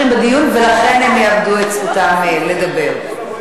את זכותו לדבר.